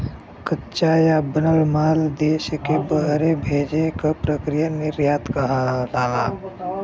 कच्चा या बनल माल देश से बहरे भेजे क प्रक्रिया निर्यात कहलाला